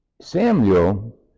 Samuel